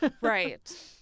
Right